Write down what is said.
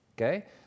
Okay